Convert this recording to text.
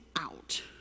out